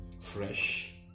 fresh